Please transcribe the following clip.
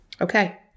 Okay